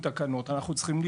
השוק הוא לא מתוכנן,